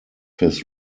his